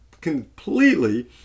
completely